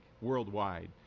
worldwide